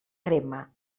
crema